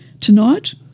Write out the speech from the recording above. tonight